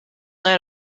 known